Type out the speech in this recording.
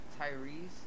tyrese